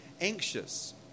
anxious